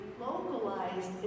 localized